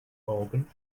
organ